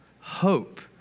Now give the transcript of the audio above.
hope